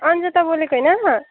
अन्जिता बोलेको होइन